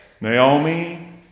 Naomi